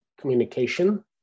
communication